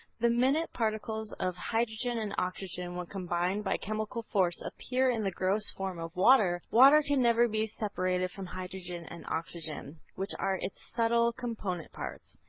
the minute particles of hydrogen and oxygen when combined by chemical force, appear in the gross form of water. water can never be separated from hydrogen and oxygen, which are its subtle component parts.